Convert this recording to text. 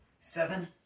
seven